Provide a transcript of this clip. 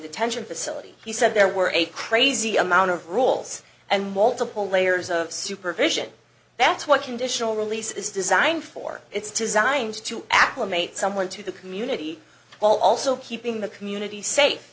detention facility he said there were a crazy amount of rules and multiple layers of supervision that's what conditional release is designed for it's designed to acclimate someone to the community while also keeping the community safe